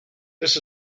this